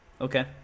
Okay